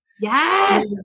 Yes